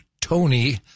Tony